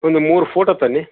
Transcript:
ಒಂದು ಮೂರು ಫೋಟೋ ತನ್ನಿ